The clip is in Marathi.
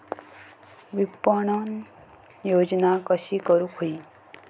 विपणन योजना कशी करुक होई?